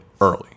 early